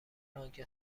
آنکه